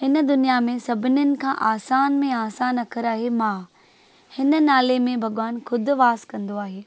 हिन दुनिया में सभिनीनि खां आसान में आसान अख़रु आहे मां हिन नाले में भॻवानु ख़ुदि वासु कंदो आहे